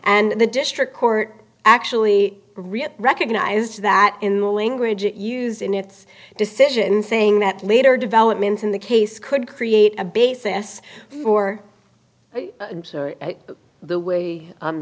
and the district court actually recognized that in the language used in its decision saying that later developments in the case could create a basis for the way